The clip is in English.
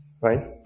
Right